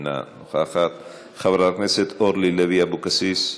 אינה נוכחת, חברת הכנסת אורלי לוי אבקסיס,